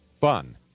Fun